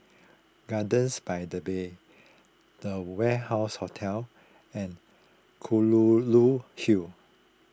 Gardens by the Bay the Warehouse Hotel and Kelulut Hill